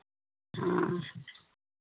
हाँ